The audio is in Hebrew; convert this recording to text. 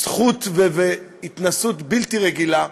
זכות והתנסות בלתי רגילה,